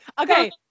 okay